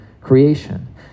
creation